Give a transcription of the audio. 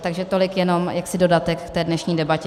Takže tolik jenom jaksi dodatek k té dnešní debatě.